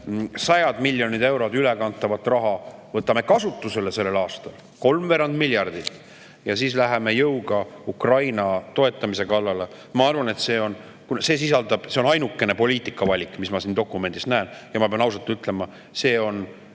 Sajad miljonid eurod ülekantavat raha võtame kasutusele sellel aastal, kolmveerand miljardit, ja siis läheme jõuga Ukraina toetamise kallale. Ma arvan, et see on ainuke poliitikavalik, mida ma siin dokumendis näen, ja ma pean ausalt ütlema, kogu